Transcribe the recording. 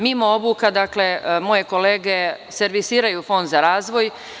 Mimo obuka, moje kolege servisiraju Fond za razvoj.